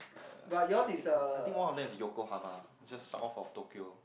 uh I think I think one of them is Yokohama just south of Tokyo